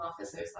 officers